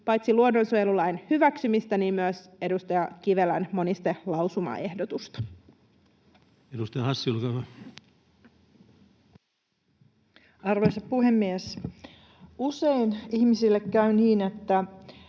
paitsi luonnonsuojelulain hyväksymistä myös edustaja Kivelän monistelausumaehdotusta. Edustaja Hassi, olkaa hyvä. Arvoisa puhemies! Usein ihmisille käy niin, että